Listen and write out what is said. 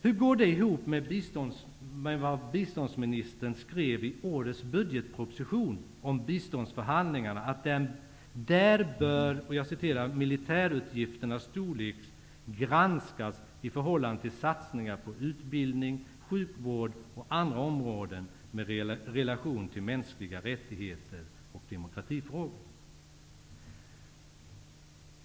Hur går det ihop med vad biståndsministern skrev i årets budgetproposition om biståndsförhandlingarna, att där ''bör militärutgifternas storlek granskas i förhållande till satsningar på utbildning, sjukvård och andra områden med relation till mänskliga rättigheter och demokratifrågor''?